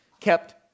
kept